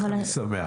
- אני שמח.